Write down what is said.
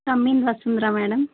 Vasundhara madam